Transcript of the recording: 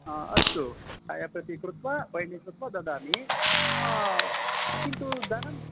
आम् अस्तु छायापतिं कृत्वा बैण्डिग् कृत्वा ददामि किन्तु धनम्